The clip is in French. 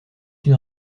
une